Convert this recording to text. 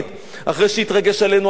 אחרי שיתרגש עלינו אסון.